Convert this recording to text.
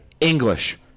English